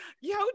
yo